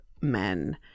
men